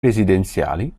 residenziali